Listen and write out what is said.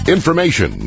Information